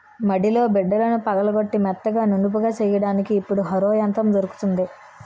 మడిలో బిడ్డలను పగలగొట్టి మెత్తగా నునుపుగా చెయ్యడానికి ఇప్పుడు హరో యంత్రం దొరుకుతుంది